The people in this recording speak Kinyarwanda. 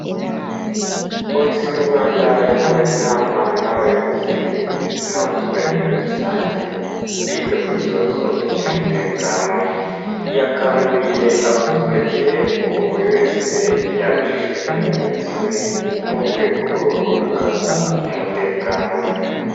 Polisi y'u Rwanda yakoranye inama n'abayobozi ndetse n'abaturage muri rusange, biga ku kibazo cy'umutekano, yakanguriye abaturage, ko buri wese yaba ijisho rya mugenzi we, mu rwego rwo gukaza umutekano.